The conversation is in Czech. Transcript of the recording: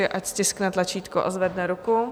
Ať stiskne tlačítko a zvedne ruku.